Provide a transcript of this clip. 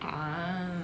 ah